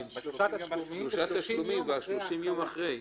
החייב צירף קבלות שהוא שילם אצלך,